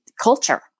culture